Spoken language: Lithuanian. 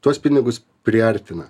tuos pinigus priartina